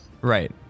Right